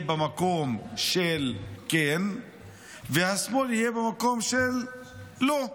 במקום של כן והשמאל יהיה במקום של לא.